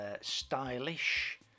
stylish